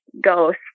ghost